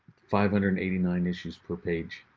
five hundred and eighty nine issues per page.